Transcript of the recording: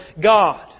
God